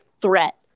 threat